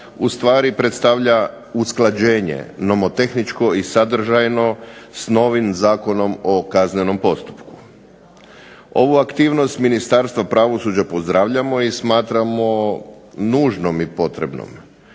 u stvari predstavlja usklađenje nomotehničko i sadržajno s novim Zakonom o kaznenom postupku. Ovu aktivnost Ministarstva pravosuđa pozdravljamo i smatramo nužnom i potrebnom.